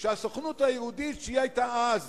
שהסוכנות היהודית, שהיתה אז